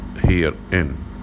herein